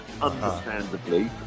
understandably